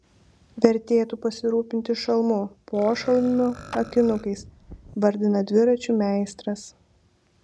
vertėtų pasirūpinti šalmu pošalmiu akinukais vardina dviračių meistras